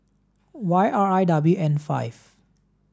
Y R I W N five